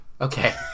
Okay